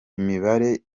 imibare